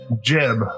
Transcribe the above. Jeb